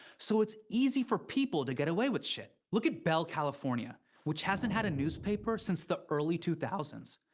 so it's easy for people to get away with shit. look at bell, california, which hasn't had a newspaper since the early two thousand s.